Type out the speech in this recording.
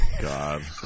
God